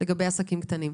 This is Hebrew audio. לגבי עסקים קטנים?